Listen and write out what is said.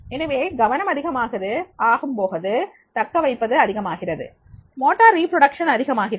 எனவே கவனம் அதிகமாகும்போது தக்கவைப்பது அதிகமாகிறது மோட்டார் ரிபுரோடக்சன் அதிகமாகிறது